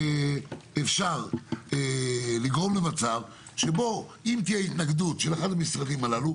אפשר לגרום למצב שבו אם תהיה התנגדות של אחד המשרדים הללו,